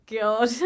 God